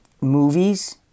movies